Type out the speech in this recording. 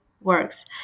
works